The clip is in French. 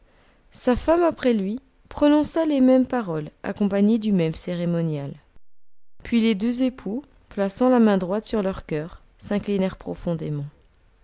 sa femme après lui prononça les mêmes paroles accompagnées du même cérémonial puis les deux époux plaçant la main droite sur leur coeur s'inclinèrent profondément